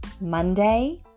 Monday